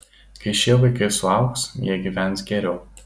kai šie vaikai suaugs jie gyvens geriau